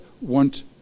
want